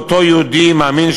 לאותו יהודי מאמין,